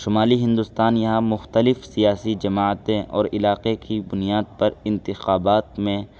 شمالی ہندوستان یہاں مختلف سیاسی جماعتیں اور علاقے کی بنیاد پر انتخابات میں